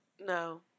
No